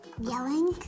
Yelling